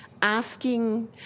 Asking